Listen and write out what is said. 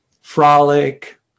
frolic